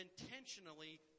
intentionally